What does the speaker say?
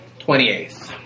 28th